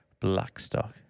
Blackstock